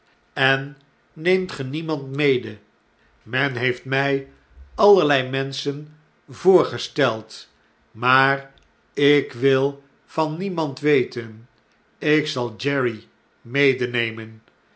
aen neemt ge demand mede men heeft my allerlei menschen voorgesteld maar ik wil van niemand weten ik zal jerry